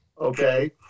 okay